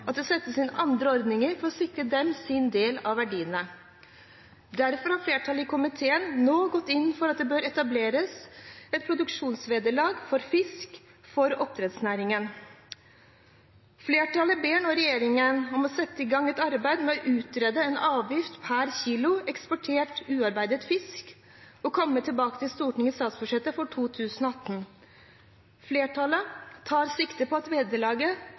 at det settes inn andre ordninger for å sikre kommunenes del av verdiene. Derfor har flertallet i komiteen nå gått inn for at det bør etableres et produksjonsvederlag for fisk for oppdrettsnæringen. Flertallet ber nå regjeringen om å sette i gang et arbeid med å utrede en avgift per kilo eksportert ubearbeidet fisk og komme tilbake til Stortinget i statsbudsjettet for 2018. Flertallet tar sikte på at vederlaget